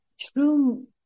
True